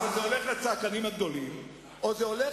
ולכן